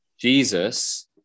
Jesus